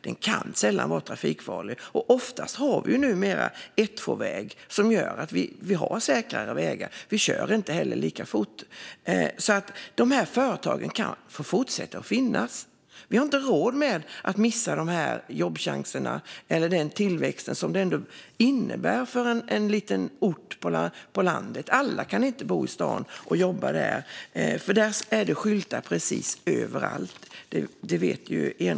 Den kan sällan vara trafikfarlig. Oftast finns två-plus-ett-vägar som gör vägarna säkrare. Dessutom kör vi inte heller lika fort. Företagen ska fortsätta att finnas. Vi har inte råd att missa dessa jobbchanser eller den tillväxt som de innebär för en liten ort på landet. Alla kan inte bo och jobba i staden. Där är det skyltar precis överallt, och det vet Eneroth.